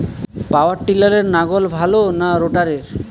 পাওয়ার টিলারে লাঙ্গল ভালো না রোটারের?